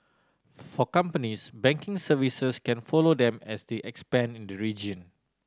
for companies banking services can follow them as they expand in the region